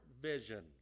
vision